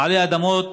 בעלי האדמות,